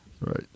right